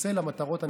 שיצא למטרות הנכונות.